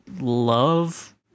love